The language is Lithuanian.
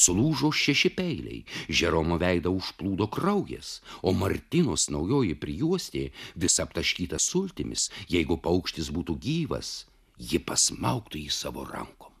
sulūžo šeši peiliai žeromo veidą užplūdo kraujas o martinos naujoji prijuostė visa aptaškyta sultimis jeigu paukštis būtų gyvas ji pasmaugtų jį savo rankom